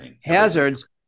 hazards